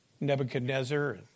Nebuchadnezzar